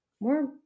more